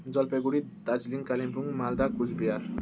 Jalpaiguri Darjeeling Kalimpong Malda Cooch Behar